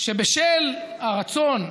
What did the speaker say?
שבשל ברצון,